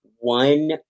One